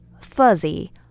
fuzzy